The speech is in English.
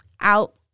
out